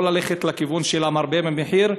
ולא ללכת לכיוון של המרבה במחיר,